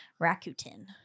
Rakuten